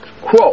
quote